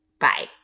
bye